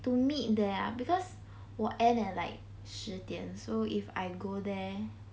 to meet there ah because 我 end at like 十点 so if I go there